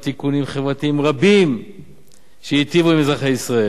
תיקונים חברתיים רבים שהיטיבו עם אזרחי ישראל.